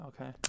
Okay